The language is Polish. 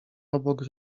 obok